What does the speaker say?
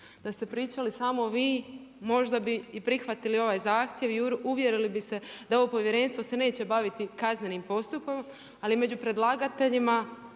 Da ste pričali samo vi, možda bi i prihvatili ovaj zahtjev i uvjerili bi se da ovo povjerenstvo se neće baviti kaznenim postupkom, ali među predlagateljima